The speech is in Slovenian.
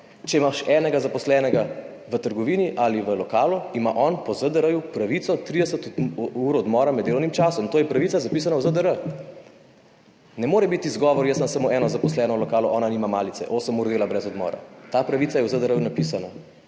Če imaš enega zaposlenega v trgovini ali v lokalu, ima on po ZDR pravico 30 minut odmora med delovnim časom. To je pravica, zapisana v ZDR. Ne more biti izgovor, jaz imam samo eno zaposleno v lokalu, ona nima malice, osem ur dela brez odmora. Ta pravica je v ZDR napisana.